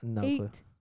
Eight